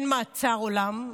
אין מעצר עולם,